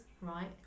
right